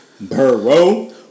Burrow